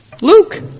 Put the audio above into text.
Luke